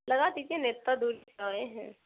لگا دیجیے نا اتنا دور سے آئے ہیں